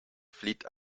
flieht